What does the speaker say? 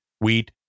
wheat